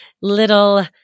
little